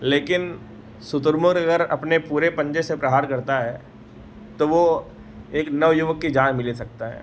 लेकिन शुतुरमुर्ग अगर अपने पूरे पन्जे से प्रहार करता है तो वह एक नवयुवक की जान भी ले सकता है